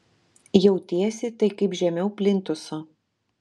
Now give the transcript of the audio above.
jautiesi tai kaip žemiau plintuso